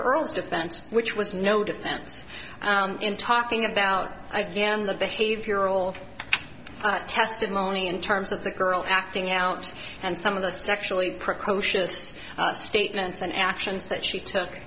earles defense which was no defense in talking about again the behavioral testimony in terms of the girl acting out and some of the sexually precocious statements and actions that she took